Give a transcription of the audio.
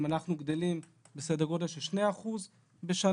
אם אנחנו גדלים בסדר גודל של שני אחוזים בשנה,